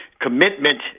commitment